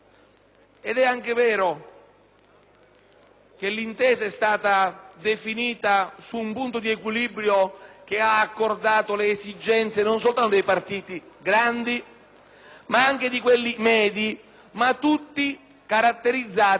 che l'intesa è stata definita su un punto di equilibrio che ha accordato le esigenze non soltanto dei partiti grandi ma anche di quelli medi, ma tutti caratterizzati per essere partiti nazionali,